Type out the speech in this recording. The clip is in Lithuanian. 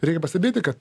reikia pastebėti kad